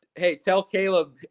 hey, tell caleb,